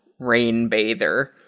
Rainbather